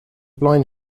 blind